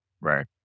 Right